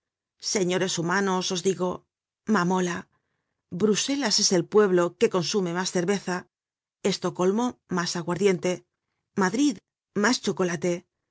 señores humanos os digo mamola bruselas es el pueblo que consume mas cerveza stockholmo mas aguardiente madrid mas chocolate